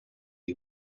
you